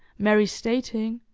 mary stating,